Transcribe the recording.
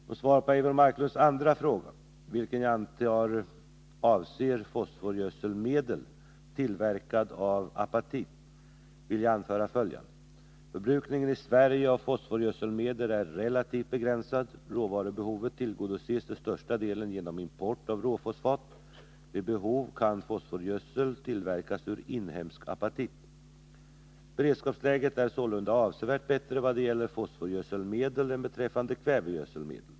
Som svar på Eivor Marklunds andra fråga, vilken jag antar avser fosforgödselmedel tillverkat av apatit, vill jag anföra följande. Förbrukningen i Sverige av fosforgödselmedel är relativt begränsad. Råvarubehovet tillgodoses till största delen genom import av råfosfat. Vid behov kan fosforgödsel tillverkas ur inhemsk apatit. Beredskapsläget är sålunda avsevärt bättre vad gäller fosforgödselmedel än beträffande kvävegödselmedel.